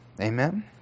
Amen